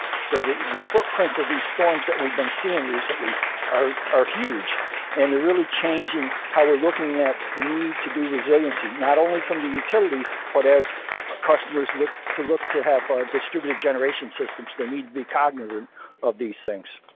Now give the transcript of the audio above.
so, the the footprints of these storms that we've been seeing recently are are huge and are really changin' how we're looking at the need to do resiliency, not only from the utilities but as ah customers look, to look to have distributed generation systems. they need to be cognizant of these things.